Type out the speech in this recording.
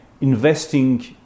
investing